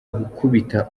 gukubita